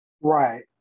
Right